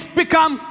become